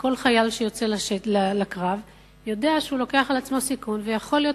כל חייל שיוצא לקרב יודע שהוא לוקח על עצמו סיכון ויכול להיות,